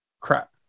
Crap